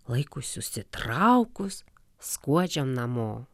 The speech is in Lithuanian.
laikui susitraukus skuodžiam namo